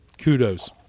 Kudos